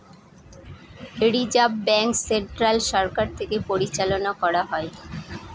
reserve bank central সরকার থেকে পরিচালনা করা হয়